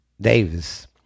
Davis